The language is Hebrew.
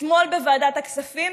אתמול בוועדת הכספים